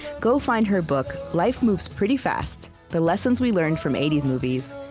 go find her book, life moves pretty fast the lessons we learned from eighties movies.